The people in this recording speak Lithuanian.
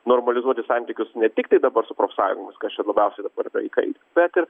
normalizuoti santykius ne tiktai dabar su profsąjungomis kas čia labiausiai vaikai bet ir